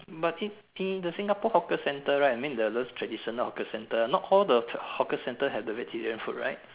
but in in the Singapore hawker centre right I mean those the traditional hawker centre not all hawker centre have the vegetarian food right